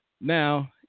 Now